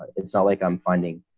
it's not like i'm finding